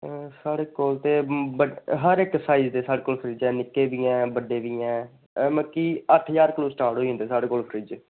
साढ़े कोल ते हर इक्क साईज़ दे साढ़े कोल फ्रिज़ न निक्के बी हैन बड्डे बी हैन मतलब की अट्ठ ज्हार कोला स्टार्ट होई जंदे साढ़े कोल फ्रिज़